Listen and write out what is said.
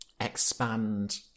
expand